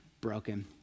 broken